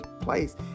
place